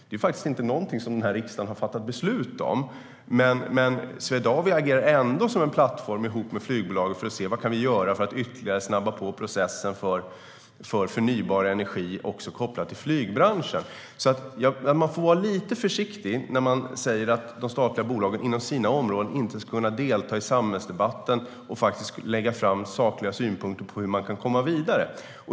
Det är faktiskt ingenting riksdagen har fattat beslut om, men Swedavia agerar ändå som en plattform - ihop med flygbolagen - för att se vad man kan göra för att ytterligare snabba på processen för förnybar energi kopplat till flygbranschen. Man får alltså vara lite försiktig när man säger att de statliga bolagen inom sina områden inte ska kunna delta i samhällsdebatten och faktiskt lägga fram sakliga synpunkter på hur man kan komma vidare.